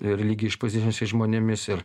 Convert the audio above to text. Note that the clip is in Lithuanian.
religiją išpažįstančiais žmonėmis ir